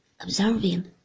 observing